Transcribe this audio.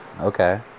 Okay